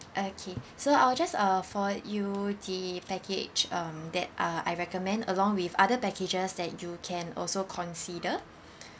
okay so I'll just uh for you the package um that uh I recommend along with other packages that you can also consider